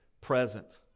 present